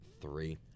Three